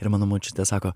ir mano močiutė sako